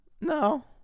No